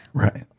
right.